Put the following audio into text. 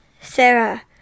Sarah